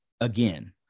again